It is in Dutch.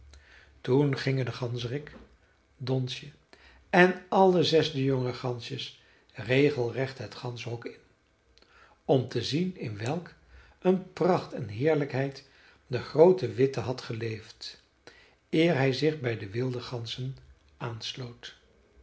toen gingen de ganzerik donsje en alle zes de jonge gansjes regelrecht het ganzenhok in om te zien in welk een pracht en heerlijkheid de groote witte had geleefd eer hij zich bij de wilde ganzen aansloot